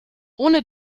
ohne